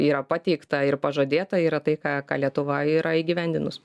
yra pateikta ir pažadėta yra tai ką ką lietuva yra įgyvendinus